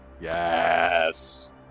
Yes